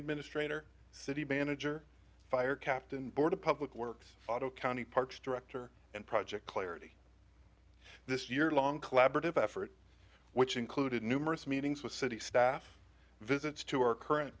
administrator city manager fire captain board of public works auto county parks director and project clarity this year long collaborative effort which included numerous meetings with city staff visits to our current